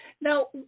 now